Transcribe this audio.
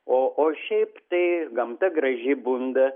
o o šiaip tai gamta graži bunda